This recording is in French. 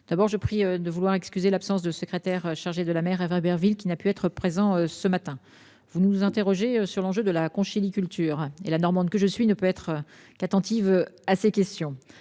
D'abord je prie de vouloir excuser l'absence de secrétaire chargé de la mer à 20 Berville qui n'a pu être présent ce matin vous nous interrogez sur l'enjeu de la conchyliculture et la normande, que je suis ne peut être qu'attentive à ces questions.